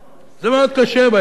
זה מאוד קשה בימים האלה,